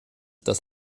das